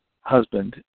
husband